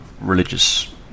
religious